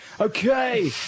Okay